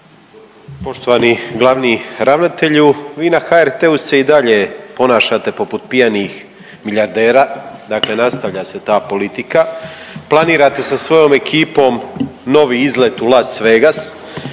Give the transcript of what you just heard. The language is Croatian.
Poštovani glavni ravnatelju, vi na HRT-u se i dalje ponašate poput pijanih milijardera, dakle nastavlja se ta politika, planirate sa svojom ekipom novi izlet u Las Vegas,